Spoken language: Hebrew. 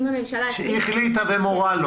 כשהיא החליטה ומורה לו